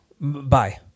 Bye